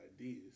ideas